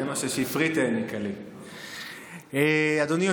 בבקשה, אדוני.